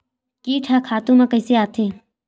कीट ह खातु म कइसे आथे?